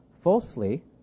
falsely